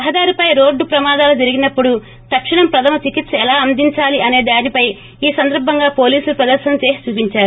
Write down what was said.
రహదారిపై రోడ్లు ప్రమాదాలు జరిగినప్పుడు తక్షణం ప్రధమ చికిత్స ఎలా అందిందాలీ అసే దానిపై ఈ సందర్బంగా పోలీసులు ప్రదర్నన చేసి చూపించారు